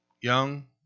Young